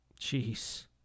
Jeez